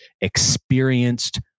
experienced